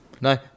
No